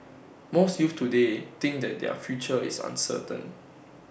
most youths today think that their future is uncertain